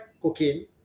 cocaine